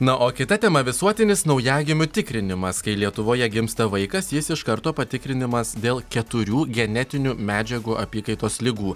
na o kita tema visuotinis naujagimių tikrinimas kai lietuvoje gimsta vaikas jis iš karto patikrinimas dėl keturių genetinių medžiagų apykaitos ligų